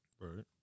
Right